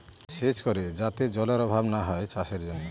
সেচ করে যাতে জলেরর অভাব না হয় চাষের জন্য